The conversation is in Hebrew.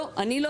לא, אני לא.